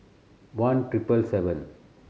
one triple seven